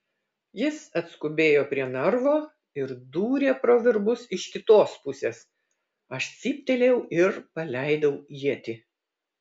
jis atskubėjo prie narvo ir dūrė pro virbus iš kitos pusės aš cyptelėjau ir paleidau ietį